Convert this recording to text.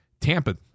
Tampa